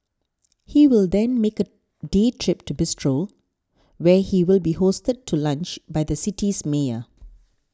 he will then make a day trip to Bristol where he will be hosted to lunch by the city's mayor